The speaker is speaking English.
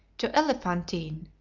to. elephantine,